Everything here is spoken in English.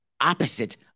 opposite